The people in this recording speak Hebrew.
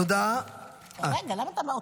תודה רבה.